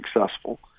successful